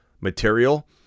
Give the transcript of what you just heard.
material